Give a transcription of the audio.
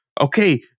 okay